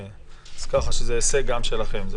כך שזה הישג גם שלכם.